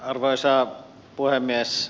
arvoisa puhemies